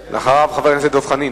אחריו, חבר הכנסת דב חנין.